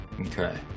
Okay